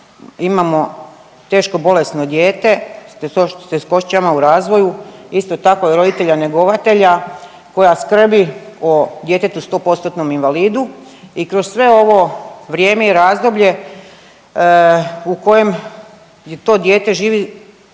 imamo teško bolesno dijete s teškoćama u razvoju, isto tako i roditelja njegovatelja koja skrbi o djetetu 100% invalidu i kroz sve ovo vrijeme i razdoblje u kojem je to dijete živi